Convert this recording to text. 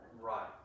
Right